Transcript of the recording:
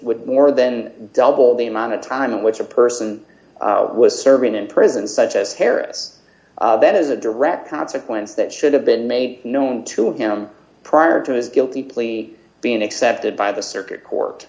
would more than double d the amount of time in which a person was serving in prison such as harris that is a direct consequence that should have been made known to him prior to his guilty plea being accepted by the circuit court